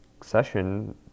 session